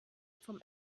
vom